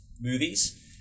movies